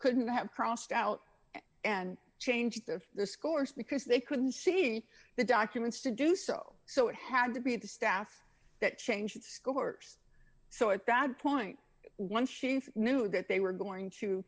couldn't have crossed out and changed the discourse because they couldn't see the documents to do so so it had to be the staff that changed scores so at that point once she knew that they were going to